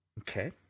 Okay